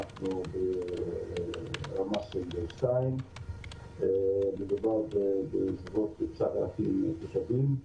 אנחנו ברמת דרוג 2. מדובר בסביבות 9,000 תושבים.